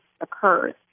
occurs